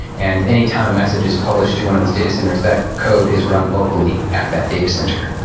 and any time a message is published to one of those data centers, that code is run locally at that data center.